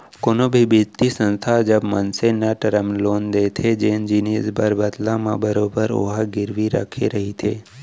कोनो भी बित्तीय संस्था ह जब मनसे न टरम लोन देथे जेन जिनिस बर बदला म बरोबर ओहा गिरवी रखे रहिथे